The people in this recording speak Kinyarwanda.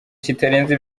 kitarenze